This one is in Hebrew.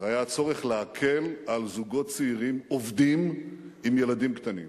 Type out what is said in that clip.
היה הצורך להקל על זוגות צעירים עובדים עם ילדים קטנים.